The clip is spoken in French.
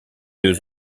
deux